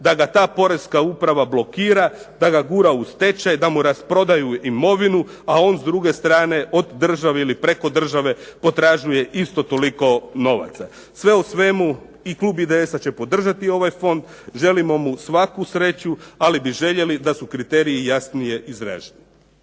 da ga ta poreska uprava blokira, da ga gura u stečaj, da mu rasprodaju imovinu a on s druge strane od države ili preko države potražuje isto toliko novaca. Sve u svemu i Klub IDS-a će podržati ovaj Fond, želimo mu svaku sreću ali bi željeli da su kriteriji jasnije izraženi.